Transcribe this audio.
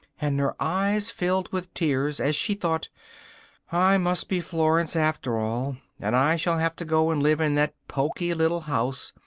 and her eyes filled with tears as she thought i must be florence after all, and i shall have to go and live in that poky little house,